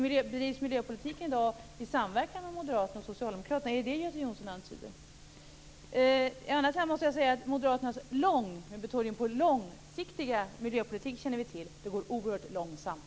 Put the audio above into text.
Bedrivs miljöpolitiken i dag i samverkan mellan moderater och socialdemokrater? Är det det som Göte Jonsson antyder? Å andra sidan måste jag säga att vi känner till Moderaternas långsiktiga miljöpolitik - med betoningen på lång. Det går oerhört långsamt.